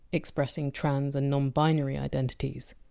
expressing trans and non-binary identities.